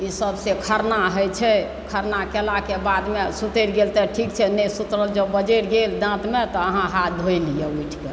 ईसभसँ खरना होइत छै खरना कयलाक बादमे सुतरि गेल तऽ ठीक छै नहि सुतरल तऽ बजरि गेल दाँतमे तऽ अहाँ हाथ धोइ लिअ उठि कऽ